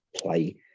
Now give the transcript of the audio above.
play